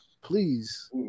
please